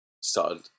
started